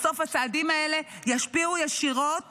בסוף הצעדים האלה ישפיעו ישירות